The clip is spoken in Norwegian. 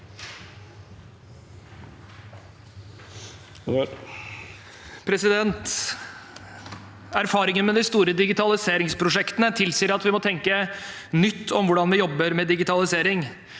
Erfaringen med de sto- re digitaliseringsprosjektene tilsier at vi må tenke nytt om hvordan vi jobber med digitalisering.